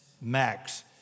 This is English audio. max